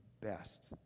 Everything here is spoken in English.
best